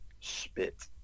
spit